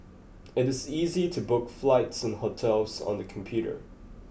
it is easy to book flights and hotels on the computer